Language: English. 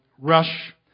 rush